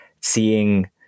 seeing